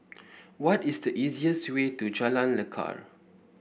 what is the easiest way to Jalan Lekar